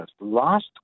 Last